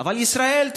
אבל ישראל,